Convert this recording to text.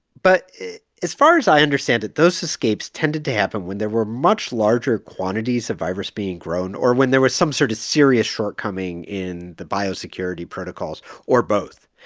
but as far as i understand it, those escapes tended to happen when there were much larger quantities of virus being grown or when there was some sort of serious shortcoming in the biosecurity protocols or both.